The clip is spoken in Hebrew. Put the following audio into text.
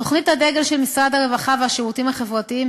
תוכנית הדגל של משרד הרווחה והשירותים החברתיים